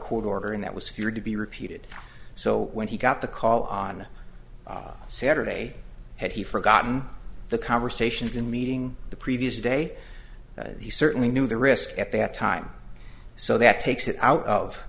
court order and that was secured to be repeated so when he got the call on saturday had he forgotten the conversations in meeting the previous day he certainly knew the risk at that time so that takes it out of